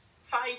five